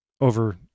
over